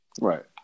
Right